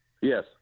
Yes